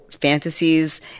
fantasies